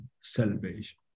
salvation